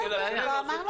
זו הבעיה.